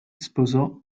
sposò